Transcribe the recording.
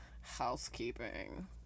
housekeeping